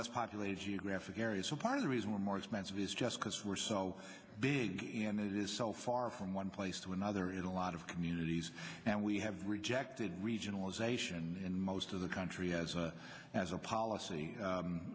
less populated geographic areas so part of the reason we're more expensive is just because we're so big and it is so far from one place to another in a lot of communities and we have rejected regionalization in most of the country as a policy